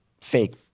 fake